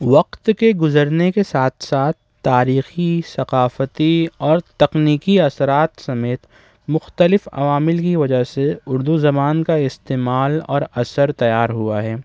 وقت کے گزرنے کے ساتھ ساتھ تاریخی ثقافتی اور تکنیکی اثرات سمیت مختلف عوامل کی وجہ سے اردو زبان کا استعمال اور اثر تیار ہوا ہے